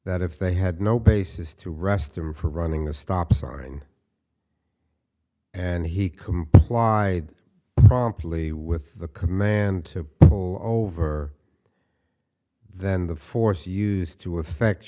that if they had no basis to arrest him for running a stop sign and he complied promptly with the command to pull over then the force used to effect